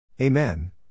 Amen